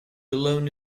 alone